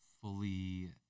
fully